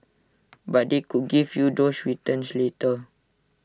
but they could give you those returns later